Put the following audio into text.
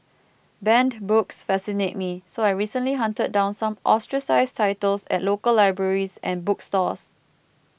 banned books fascinate me so I recently hunted down some ostracised titles at local libraries and bookstores